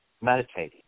meditating